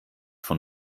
von